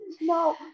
No